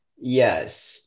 Yes